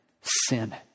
sin